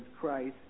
Christ